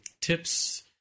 tips